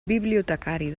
bibliotecari